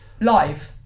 live